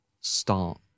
start